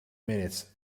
minutes